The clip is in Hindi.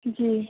जी